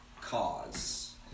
cause